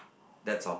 that's all